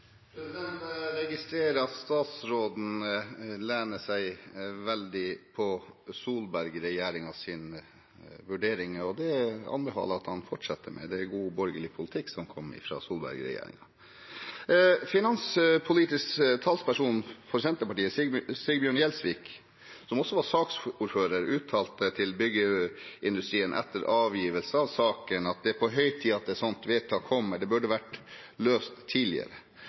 Jeg registrerer at statsråden lener seg veldig på Solberg-regjeringens vurderinger, og det anbefaler jeg at han fortsetter med. Det var god borgerlig politikk som kom fra Solberg-regjeringen. Finanspolitisk talsperson for Senterpartiet, Sigbjørn Gjelsvik, som også var saksordfører, uttalte til Byggeindustrien etter avgivelse av saken: «Det er på høy tid at et slikt vedtak kommer. Dette burde egentlig vært løst tidligere.»